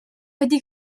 wedi